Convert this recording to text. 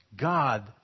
God